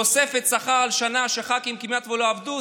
תוספת שכר על שנה שהח"כים כמעט לא עבדו.